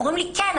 אומרים לי: כן,